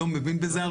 לא מבין בזה הרבה.